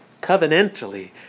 covenantally